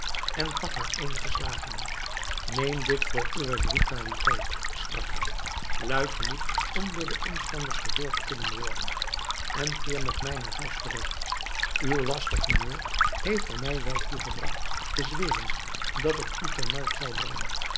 en gaf haar eenige slagen neem dit voor uwe brutaliteit sprak hij luid genoeg om door de omstanders gehoord te kunnen worden en keer met mij naar huis terug uw lastig humeur heeft er mij wel toe gebragt te zweren dat ik u ter markt zou brengen